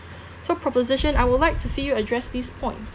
so proposition I would like to see you address these points